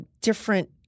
different